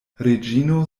reĝino